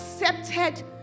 accepted